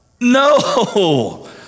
No